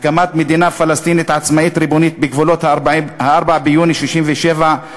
הקמת מדינה פלסטינית עצמאית ריבונית בגבולות 4 ביוני 1967,